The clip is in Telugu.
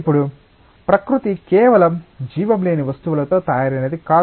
ఇప్పుడు ప్రకృతి కేవలం జీవం లేని వస్తువులతో తయారైనది కాదు